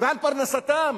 ועל פרנסתם